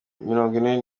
mirongwine